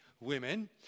women